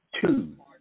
two